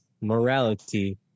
morality